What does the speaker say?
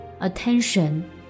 Attention